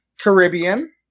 Caribbean